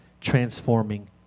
transforming